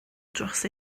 dros